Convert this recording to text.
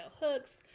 hooks